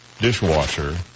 dishwasher